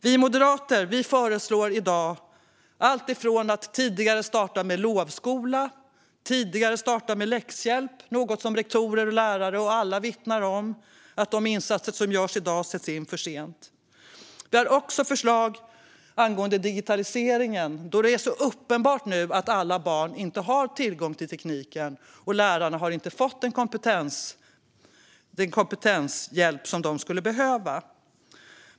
Vi moderater föreslår tidigare start med lovskola och läxhjälp eftersom rektorer, lärare med flera vittnar om att dagens insatser sätts in för sent. Vi har också förslag när det gäller digitaliseringen eftersom det är uppenbart att alla barn inte har tillgång till tekniken och att lärarna inte har fått den kompetenshjälp de behöver.